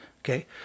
okay